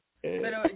Pero